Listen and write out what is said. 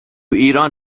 ایران